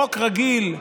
חוק רגיל,